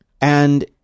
And-